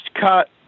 cut